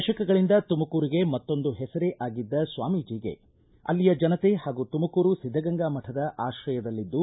ದಶಕಗಳಿಂದ ತುಮಕೂರಿಗೆ ಮತ್ತೊಂದು ಹೆಸರೇ ಆಗಿದ್ದ ಸ್ವಾಮೀಜಿಗೆ ಅಲ್ಲಿಯ ಜನತೆ ಹಾಗೂ ತುಮಕೂರು ಸಿದ್ಧಗಂಗಾ ಮಠದ ಆತ್ರಯದಲ್ಲಿದ್ದು